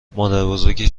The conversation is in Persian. مادربزرگ